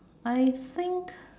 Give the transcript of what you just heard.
I think